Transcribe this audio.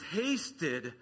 tasted